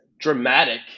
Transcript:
dramatic